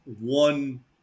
one